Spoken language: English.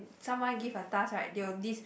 someone give a task right they will list